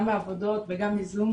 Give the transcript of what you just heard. גם מעבודות וגם מזום,